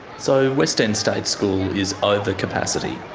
so west end state school is over capacity?